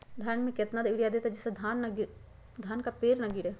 धान में कितना यूरिया दे जिससे धान का पेड़ ना गिरे?